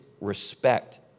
respect